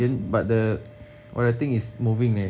then but the but the thing is moving leh